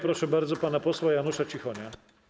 Proszę bardzo pana posła Janusza Cichonia.